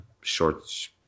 Short